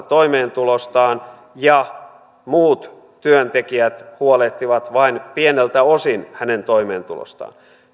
toimeentulostaan ja muut työntekijät huolehtivat vain pieneltä osin hänen toimeentulostaan